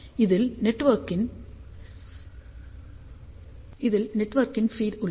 இதில் நெட்வொர்க்கின் ஃபீட் உள்ளது